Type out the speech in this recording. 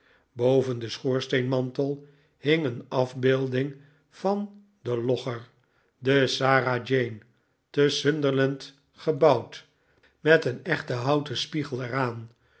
boven den schoorsteenmantel hing een afbeelding van den logger de sara jane te sunderland gebouwd met een echten houten spiegel er